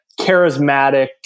charismatic